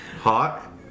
Hot